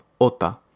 ota